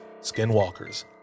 skinwalkers